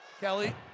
Kelly